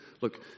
Look